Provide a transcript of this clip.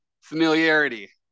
familiarity